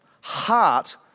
heart